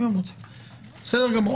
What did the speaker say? בסדר.